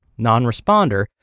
non-responder